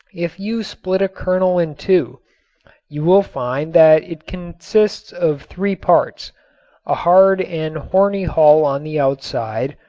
if you split a kernel in two you will find that it consists of three parts a hard and horny hull on the outside,